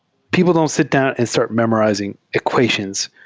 people don't sit down and start memorizing equations.